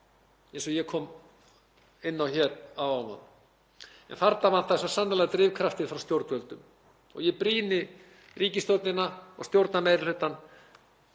eins og ég kom inn á hér áðan, en þarna vantar sannarlega drifkraftinn frá stjórnvöldum og ég brýni ríkisstjórnina og stjórnarmeirihlutann